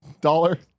dollar